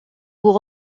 pour